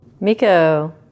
Miko